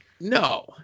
No